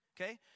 okay